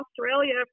Australia